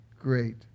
great